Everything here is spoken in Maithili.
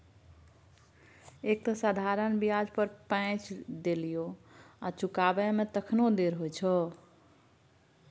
एक तँ साधारण ब्याज पर पैंच देलियौ आ चुकाबै मे तखनो देर होइ छौ